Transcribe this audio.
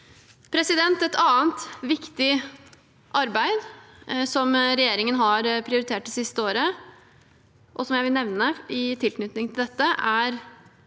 Et annet viktig arbeid som regjeringen har prioritert det siste året, og som jeg vil nevne i tilknytning til dette, er